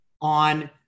on